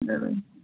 ಹಾಂ